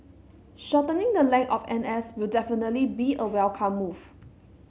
shortening the length of N S will definitely be a welcome move